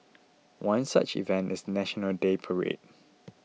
one such event is the National Day parade